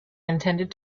intended